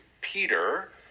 Peter